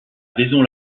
vaison